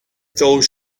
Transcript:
those